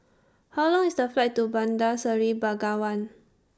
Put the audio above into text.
How Long IS The Flight to Bandar Seri Begawan